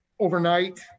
Overnight